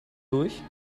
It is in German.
durch